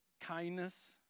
kindness